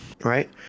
right